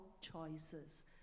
choices